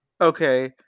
Okay